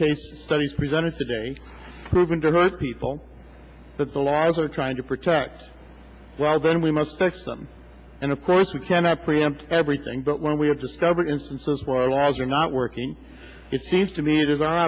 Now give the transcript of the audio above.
case studies presented today proven to hurt people but the laws are trying to protect well then we must fix them and of course we cannot preempt everything but when we have discovered instances where laws are not working it seems to me it is our